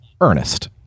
Ernest